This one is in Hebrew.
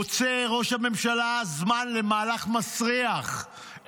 מוצא ראש הממשלה זמן למהלך מסריח,